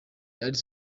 ari